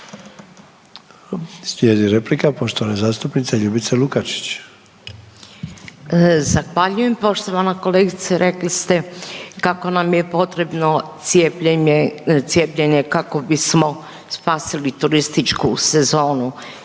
Sljedeća replika poštovana zastupnica Ljubica Lukačić. **Lukačić, Ljubica (HDZ)** Zahvaljujem. Poštovana kolegice rekli ste kako nam je potrebno cijepljenje kako bismo spasili turističku sezonu,